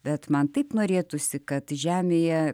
bet man taip norėtųsi kad žemėje